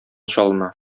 чалына